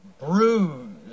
bruised